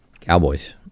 Cowboys